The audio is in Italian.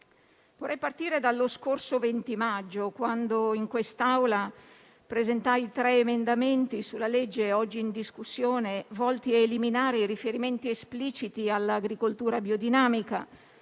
Vorrei partire dallo scorso 20 maggio, quando in quest'Aula presentai tre emendamenti sulla legge oggi in discussione, volti ad eliminare i riferimenti espliciti all'agricoltura biodinamica,